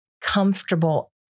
comfortable